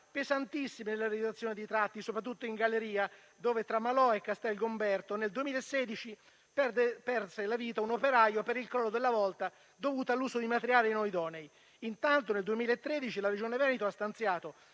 pesantissime nella realizzazione di tratti soprattutto in galleria, dove tra Malo e Castel Gomberto nel 2016 perse la vita un operaio per il crollo della volta dovuto all'uso di materiali non idonei. Intanto, nel 2013 la Regione Veneto ha stanziato